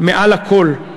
מעל הכול.